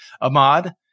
Ahmad